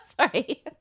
Sorry